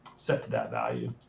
set to that value.